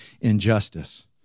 injustice